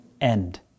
end